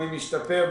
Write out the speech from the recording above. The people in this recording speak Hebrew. אני משתפר.